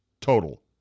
total